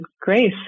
Grace